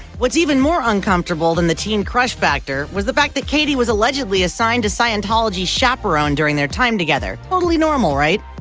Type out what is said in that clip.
what's even more uncomfortable than the teen crush factor was the fact that katie was allegedly assigned a scientology chaperone during their time together. totally normal, right?